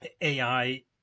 AI